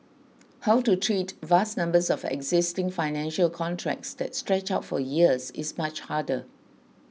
how to treat vast numbers of existing financial contracts that stretch out for years is much harder